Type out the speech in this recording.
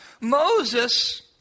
Moses